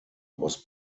was